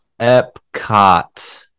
Epcot